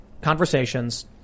conversations